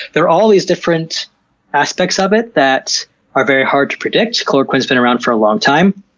there are all these different aspects of it that are very hard to predict. chloroquine has been around for a long time,